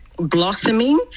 blossoming